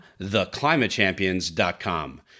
theclimatechampions.com